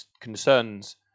concerns